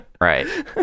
Right